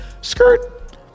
Skirt